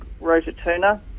rotatuna